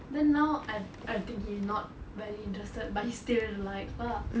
then now and I think he's not very interested but he still like lah